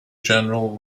general